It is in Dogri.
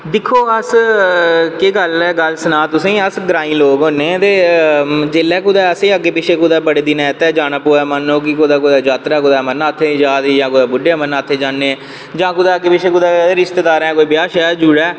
दिक्खो अस केह् गल्ल सनां तुसेंगी अस ग्राईं लोग होनें ते जिसलै असेंगी कुतै अग्गैं पिच्छें बड़े दिनैं आस्तै जाना पवा मन्नो कि कुदै जात्तरा अमरनाथें दियां जा ने जां कुदै बुड्डे अमर नाथें जन्ने जां कुदै अग्गैं पिच्छें कुसै रिस्तेदारैं दा ब्याह् जुड़ै